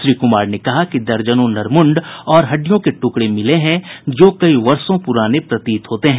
श्री कुमार ने कहा कि दर्जनों नरमुंड और हड्डियों के टुकड़े मिले हैं जो कई वर्षों पुराने प्रतीत होते हैं